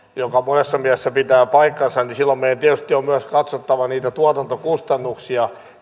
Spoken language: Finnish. mikä monessa mielessä pitää paikkansa niin silloin meidän tietysti on myös katsottava niitä tuotantokustannuksia